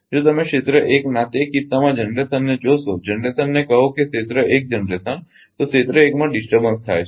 જો તમે ક્ષેત્ર 1 ના તે કિસ્સામાં જનરેશનને જોશો જનરેશનને કહો કે ક્ષેત્ર 1 જનરેશન તો ક્ષેત્ર 1 માં ડિસ્ટર્બન્સ થાય છે